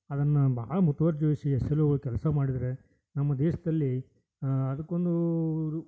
ಅದನ್ನು ಭಾಳ ಮುತುವರ್ಜಿವಹಿಸಿ ಎಸ್ ಎಲ್ ಓಗಳು ಕೆಲಸ ಮಾಡಿದರೆ ನಮ್ಮ ದೇಶದಲ್ಲಿ ಅದಕ್ಕೊಂದೂ